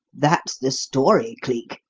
that's the story, cleek.